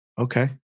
Okay